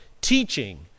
teaching